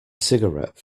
cigarette